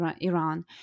Iran